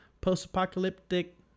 post-apocalyptic